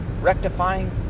Rectifying